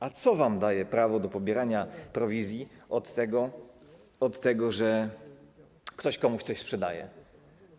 A co wam daje prawo do pobierania prowizji od tego, że ktoś komuś coś sprzedaje?